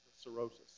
cirrhosis